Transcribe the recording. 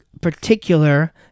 particular